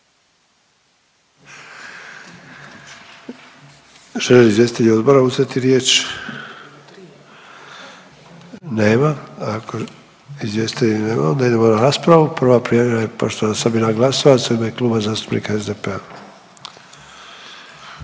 Žele li izvjestitelji odbora uzeti riječ? Nema. Ako izvjestitelja nema onda idemo na raspravu, prva prijavljena je poštovana Sabina Glasovac u ime Kluba zastupnika SDP-a.